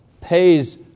pays